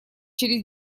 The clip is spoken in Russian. через